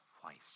twice